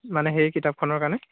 মানে সেই কিতাপখনৰ কাৰণে